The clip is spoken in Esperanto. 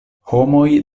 homoj